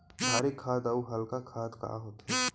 भारी खाद अऊ हल्का खाद का होथे?